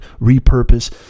repurpose